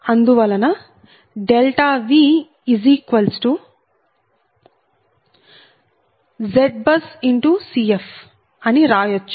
అందువలన VZBUSCf అని రాయచ్చు